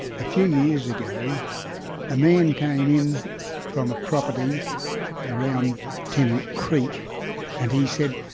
a few years ago a man came in from a property around tennant creek and he said,